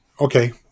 Okay